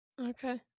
Okay